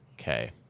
Okay